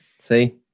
See